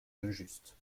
injuste